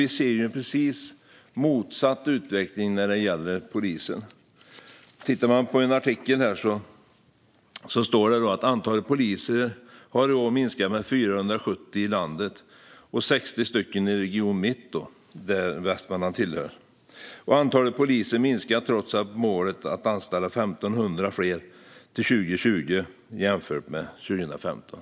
Vi ser dock precis motsatt utveckling när det gäller polisen. I en artikel som jag har här står det att antalet poliser har minskat med 470 i landet och med 60 i Region mitt, som Västmanland tillhör. Antalet poliser minskar trots att målet är att anställa 1 500 fler till 2020 jämfört med 2015.